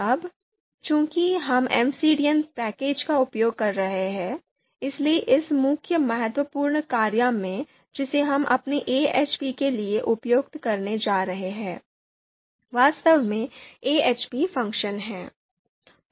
अब चूंकि हम MCDAपैकेज का उपयोग कर रहे हैं इसलिए इस मुख्य महत्वपूर्ण कार्य में जिसे हम अपने AHP के लिए उपयोग करने जा रहे हैं वास्तव में AHP फ़ंक्शन है